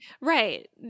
Right